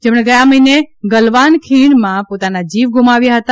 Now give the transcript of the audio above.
જેમણે ગયા મહિને ગલવાન ખીણમાં પોતાના જીવ ગુમાવ્યા હતા